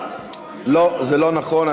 לא, זה לא נכון.